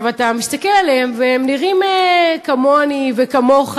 אתה מסתכל עליהם והם נראים כמוני וכמוך,